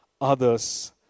others